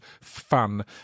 fun